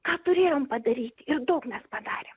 ką turėjom padaryti ir daug mes padarėm